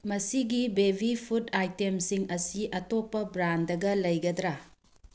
ꯃꯁꯤꯒꯤ baby food ꯑꯥꯏꯇꯦꯝꯁꯤꯡ ꯑꯁꯤ ꯑꯇꯣꯞꯄ ꯕ꯭ꯔꯥꯟꯗꯒ ꯂꯩꯒꯗ꯭ꯔꯥ